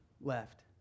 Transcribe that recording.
left